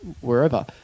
wherever